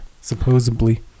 Supposedly